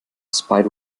spite